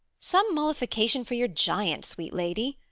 some mollification for your giant, sweet lady.